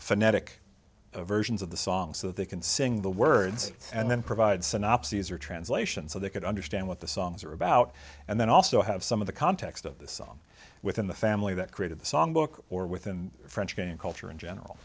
phonetic versions of the song so that they can sing the words and then provide synopsys or translation so they could understand what the songs are about and then also have some of the context of the song within the family that created the songbook or within french again culture in general